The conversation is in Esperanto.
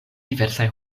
diversaj